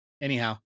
Anyhow